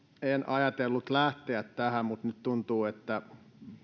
en ajatellut lähteä tähän mutta nyt tuntuu että